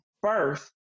first